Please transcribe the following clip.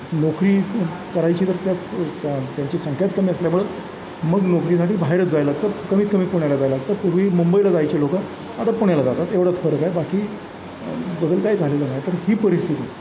नोकरी करायची तर त्या त्यांची संख्याच कमी असल्यामुळं मग नोकरीसाठी बाहेरच जायला लागतं कमीत कमी पुण्याला जायला लागतं पूर्वी मुंबईला जायचे लोकं आता पुण्याला जातात एवढंच फरक आहे बाकी बदल काही झालेला नाही तर ही परिस्थिती